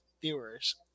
viewers